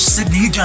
Sydney